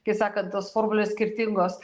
kaip sakant tos formulės skirtingos